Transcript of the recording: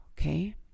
okay